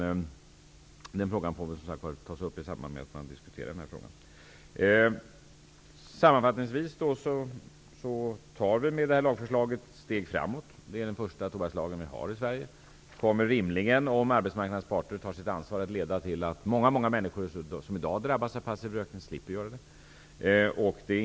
Detta får väl, som sagt, tas upp i samband med att man diskuterar de här frågorna. Sammanfattningsvis tar vi med detta lagförslag steg framåt. Det är den första tobakslagen vi har i Sverige. Om arbetsmarknadens parter tar sitt ansvar kommer den rimligen att leda till att många människor som i dag drabbas av passiv rökning slipper att göra det.